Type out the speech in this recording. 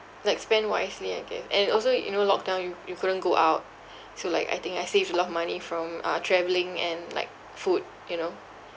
like spend wisely I guess and also you know lock down you you couldn't go out so like I think I saved a lot of money from uh travelling and like food you know